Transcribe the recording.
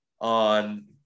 on